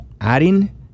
adding